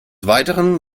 weiteren